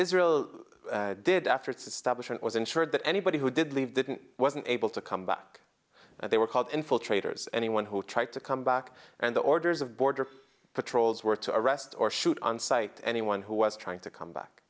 establishment was ensured that anybody who did leave didn't wasn't able to come back and they were called infiltrators anyone who tried to come back and the orders of border patrols were to arrest or shoot on sight anyone who was trying to come back